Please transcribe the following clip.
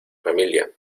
familia